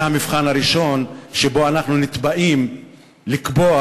זה המבחן הראשון שבו אנחנו נתבעים לקבוע